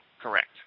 Correct